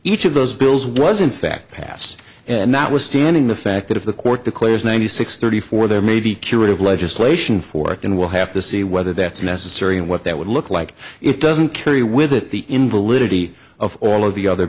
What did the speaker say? each of those bills was in fact passed and that was standing the fact that if the court declares ninety six thirty four there may be curative legislation for it and we'll have to see whether that's necessary and what that would look like it doesn't carry with it the invalidity of all of the other